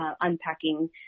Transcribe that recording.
unpacking